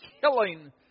killing